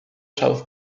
south